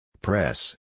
Press